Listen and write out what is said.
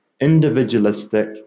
individualistic